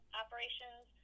operations